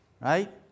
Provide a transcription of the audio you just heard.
right